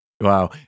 Wow